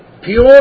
pure